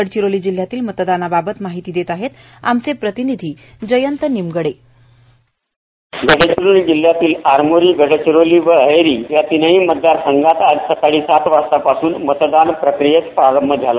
गडचिरोली जिल्ह्यातील मतदानाबाबत माहिती देत आहेत आमचे प्रतिनिधी जयंत निमगडे गडचिरोली जिल्ह्यातील आरमोरी गडचिरोली आणि अहेरी या तिनही मतदारसंघात आज स्काळी सातवाजतापासून मतदान प्रक्रियेस प्रारंभ झाला